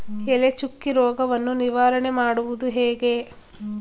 ಎಲೆ ಚುಕ್ಕಿ ರೋಗವನ್ನು ನಿವಾರಣೆ ಮಾಡುವುದು ಹೇಗೆ?